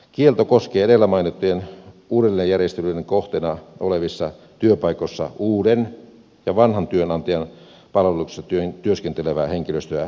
kielto koskee edellä mainittujen uudelleenjärjestelyjen kohteena olevissa työpaikoissa uuden ja vanhan työnantajan palveluksessa työskentelevää henkilöstöä kokonaisuudessaan